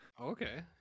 Okay